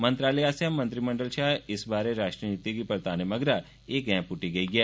मंत्रालय आस्सेया मंत्रीमंडल शा इस बार राष्ट्रीय नीति गी रताने मगरा ए गैंह प्ट्टी गेई ऐ